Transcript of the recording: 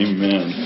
Amen